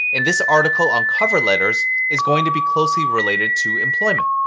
and this article on cover letters is going to be closely related to employment.